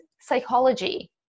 psychology